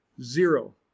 Zero